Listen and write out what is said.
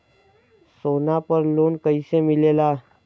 सोना पर loan कइसे मिलेला?